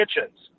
kitchens